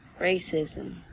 racism